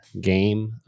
game